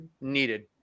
needed